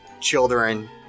children